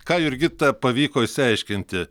ką jurgita pavyko išsiaiškinti